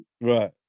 Right